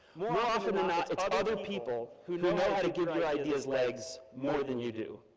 more often than not it's other people who know how to give your ideas legs more than you do.